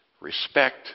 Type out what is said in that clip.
respect